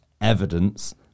evidence